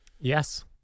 Yes